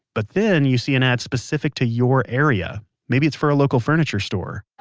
but then you see an ad specific to your area maybe it's for a local furniture store.